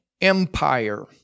empire